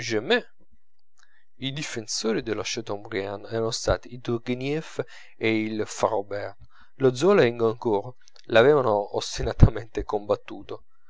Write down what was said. i difensori del chateaubriand erano stati il turghenieff e il flaubert lo zola e il goncourt l'avevano ostinatamente combattuto